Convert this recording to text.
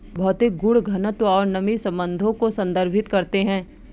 भौतिक गुण घनत्व और नमी संबंधों को संदर्भित करते हैं